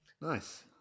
Nice